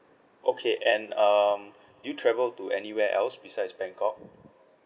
okay and um did you travel to anywhere else besides bangkok